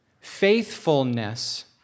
Faithfulness